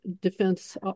Defense